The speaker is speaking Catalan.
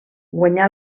guanyà